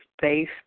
face